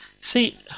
See